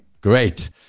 Great